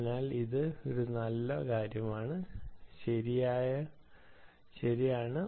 അതിനാൽ ഇത് ഒരു നല്ല കാര്യമാണ് ശരിയാണ്